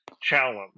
challenge